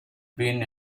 been